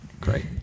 Great